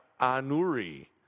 Anuri